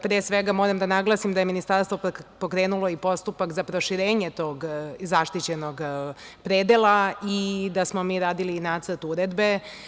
Pre svega, moram da naglasim da je Ministarstvo pokrenulo postupak za proširenje tog zaštićenog predela i da smo mi radili nacrt uredbe.